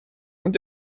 und